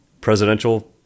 presidential